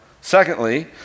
Secondly